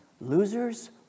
losers